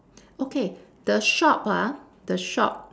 okay the shop ah the shop